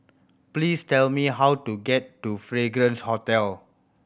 please tell me how to get to Fragrance Hotel